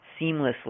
seamlessly